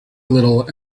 little